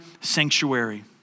sanctuary